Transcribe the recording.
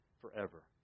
forever